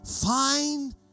find